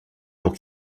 pour